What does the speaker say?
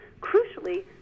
crucially